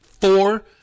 four